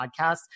podcast